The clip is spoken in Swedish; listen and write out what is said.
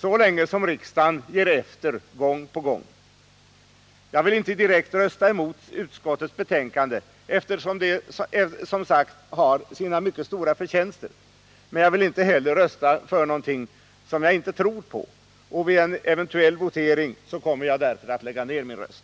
så länge som riksdagen ger efter gång på gång. Jag vill inte direkt rösta emot utskottets betänkande, eftersom det som sagt har sina mycket stora förtjänster, men jag vill inte heller rösta för någonting som jag inte tror på, och vid en eventuell votering kommer jag därför att lägga ner min röst.